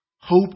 Hope